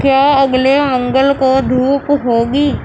کیا اگلے منگل کو دھوپ ہوگی